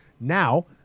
Now